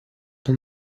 non